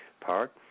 Park